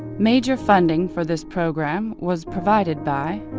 major funding for this program was provided by